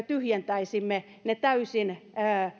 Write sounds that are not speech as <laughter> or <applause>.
<unintelligible> tyhjentäisimme ne täysin